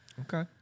Okay